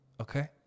okay